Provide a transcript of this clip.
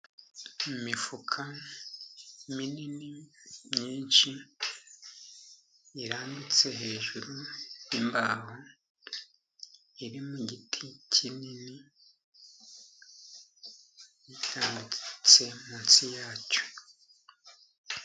Imifuka minini myinshi irambitse hejuru yimbaho, iri mu giti kinini, yo itambitse munsi ya cyo.